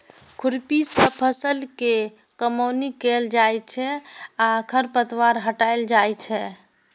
खुरपी सं फसल के कमौनी कैल जाइ छै आ खरपतवार हटाएल जाइ छै